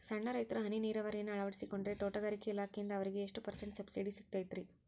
ಸಣ್ಣ ರೈತರು ಹನಿ ನೇರಾವರಿಯನ್ನ ಅಳವಡಿಸಿಕೊಂಡರೆ ತೋಟಗಾರಿಕೆ ಇಲಾಖೆಯಿಂದ ಅವರಿಗೆ ಎಷ್ಟು ಪರ್ಸೆಂಟ್ ಸಬ್ಸಿಡಿ ಸಿಗುತ್ತೈತರೇ?